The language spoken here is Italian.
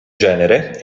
genere